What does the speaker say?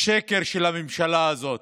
השקר של הממשלה הזאת,